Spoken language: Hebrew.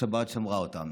השבת שמרה אותם.